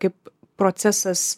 kaip procesas